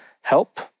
help